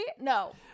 No